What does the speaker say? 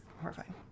horrifying